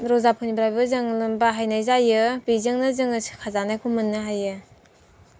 रजाफोरनिफ्रायबो जों बाहायनाय जायो बेजोंनो जोङो सोखाजानायखौ मोननो हायो